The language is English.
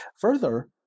Further